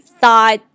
thought